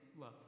love